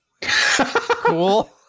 Cool